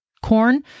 corn